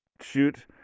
shoot